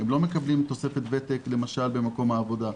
הן לא מקבלות תוספת ותק למשל במקום העבודה,